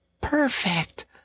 perfect